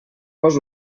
cos